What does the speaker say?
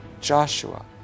Joshua